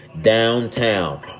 downtown